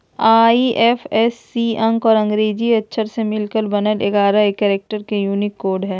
IFSC अंक और अंग्रेजी अक्षर से मिलकर बनल एगारह कैरेक्टर के यूनिक कोड हइ